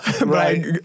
Right